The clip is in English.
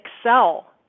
Excel